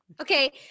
okay